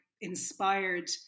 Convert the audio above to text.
inspired